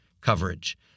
coverage